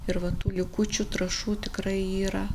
ir va tų likučių trąšų tikrai yra